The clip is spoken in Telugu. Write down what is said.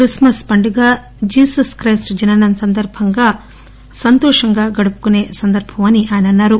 క్రిస్మస్ పండుగ జీసస్ క్రెస్ట్ జననం సందర్బంగా సంతోషంగా జరుపుకునే సందర్భమని ఆయన అన్నారు